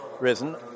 risen